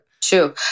True